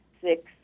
six